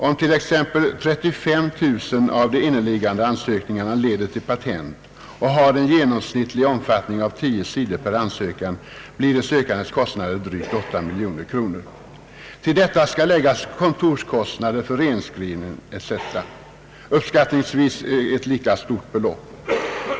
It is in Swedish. Om t.ex. 35 000 av de inneliggande ansökningarna leder till patent och har en genomsnittlig omfattning av 10 sidor per ansökan blir de sökandes kostnader drygt 8 miljoner kronor. Till detta skall läggas kontorskostnader för renskrivning etc., uppskattningsvis ett lika stort belopp.